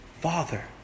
Father